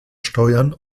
steuern